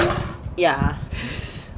ya